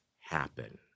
happen